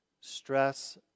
Stress